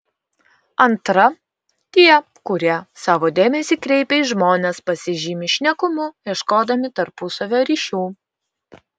antra tie kurie savo dėmesį kreipia į žmones pasižymi šnekumu ieškodami tarpusavio ryšių